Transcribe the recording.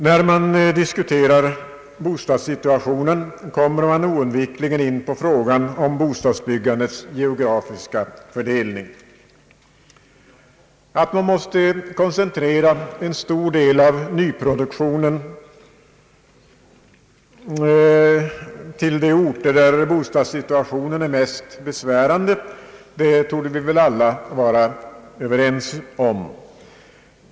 När man diskuterar bostadssituationen kommer man oundvikligen in på frågan om bostadsbyggandets geografiska fördelning. Att man måste koncentrera en stor del av nyproduktionen till de orter där bostadssituationen är mest besvärande torde vi alla vara överens om.